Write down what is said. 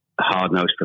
hard-nosed